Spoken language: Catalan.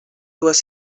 dues